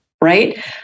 Right